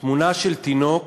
תמונה של תינוק